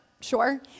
sure